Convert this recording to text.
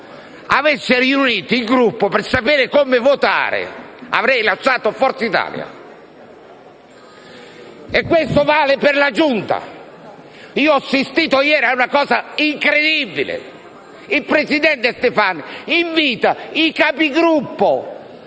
avesse riunito il Gruppo per sapere come votare, avrei lasciato il Gruppo Forza Italia. Questo vale per la Giunta. Io ho assistito ieri a una cosa incredibile: il presidente Stefano ha invitato i Capigruppo